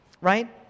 right